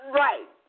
right